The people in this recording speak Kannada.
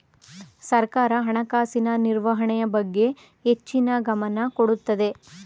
ಸರ್ಕಾರ ಹಣಕಾಸಿನ ನಿರ್ವಹಣೆ ಬಗ್ಗೆ ಹೆಚ್ಚಿನ ಗಮನ ಕೊಡುತ್ತದೆ